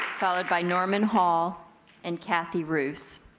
followed by norman hall and kathy ruse.